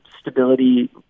stability